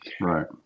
Right